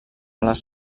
les